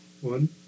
One